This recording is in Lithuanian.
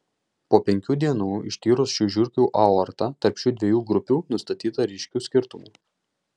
po penkių dienų ištyrus šių žiurkių aortą tarp šių dviejų grupių nustatyta ryškių skirtumų